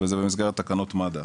זאת במסגרת בהתאם ובכפוף לתקנות מד"א.